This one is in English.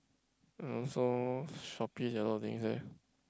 and also Shopee got a lot of things eh